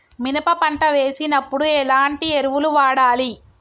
మినప పంట వేసినప్పుడు ఎలాంటి ఎరువులు వాడాలి?